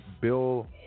Bill